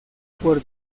por